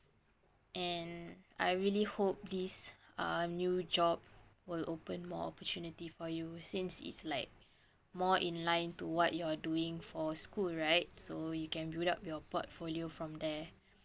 and I really hope this um new job will open more opportunity for you since it's like more in line to what you're doing for school right so you can build up your portfolio from there